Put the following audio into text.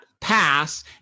pass